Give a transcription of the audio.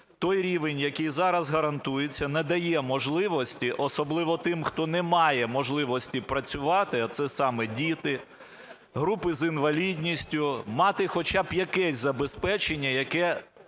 той рівень, який зараз гарантується, не дає можливості, особливо тим, хто не має можливості працювати, а це саме діти, групи з інвалідністю, мати хоча б якесь забезпечення, яке